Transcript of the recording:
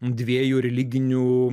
dviejų religinių